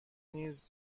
نیز